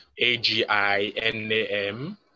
a-g-i-n-a-m